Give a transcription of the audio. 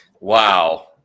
wow